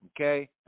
Okay